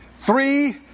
Three